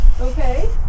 okay